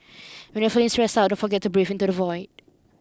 when you are feeling stressed out don't forget to breathe into the void